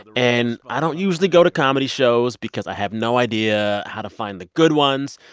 and i don't usually go to comedy shows because i have no idea how to find the good ones.